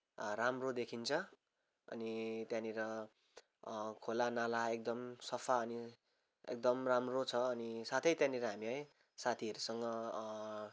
राम्रो देखिन्छ अनि त्यहाँनिर खोला नाला एकदम सफा अनि एकदम राम्रो छ अनि साथै त्यहाँनिर हामी है साथीहरूसँग